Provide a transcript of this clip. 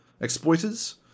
exploiters